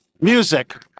music